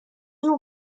اون